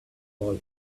boy